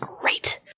great